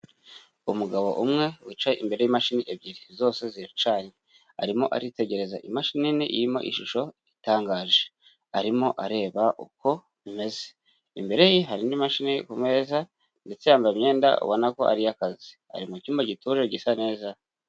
Umugabo umwe wicaye imbere y'imashini ebyiri, zose ziracanye, arimo aritegereza imashini nini irimo ishusho itangaje, arimo areba uko bimeze, imbere ye hari indi mashini ku meza, ndetse yambaye imyenda ubona ko ari iy'akazi, ari mu cyumba gituje gisa neza.